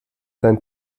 dein